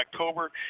October